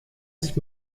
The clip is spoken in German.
sich